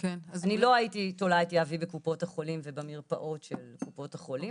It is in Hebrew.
אני לא הייתי תולה את יהבי בקופות החולים ובמרפאות של קופות החיים,